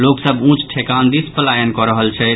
लोक सभ ऊंच ठेकान दिस पलायन कऽ रहल छथि